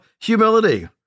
humility